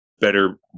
better